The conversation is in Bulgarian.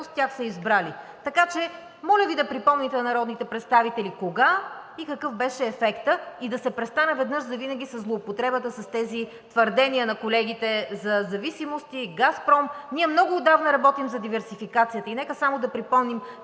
тях са избрали. Така че моля Ви да припомните на народните представители кога и какъв беше ефектът и да се престане веднъж завинаги със злоупотребата с тези твърдения на колегите за зависимости, „Газпром“. Ние много отдавна работим за диверсификацията и нека само да припомним,